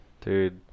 Dude